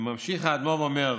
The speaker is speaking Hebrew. וממשיך האדמו"ר ואומר: